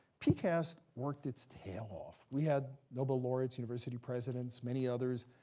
pcast worked its tail off. we had nobel laureates, university presidents, many others,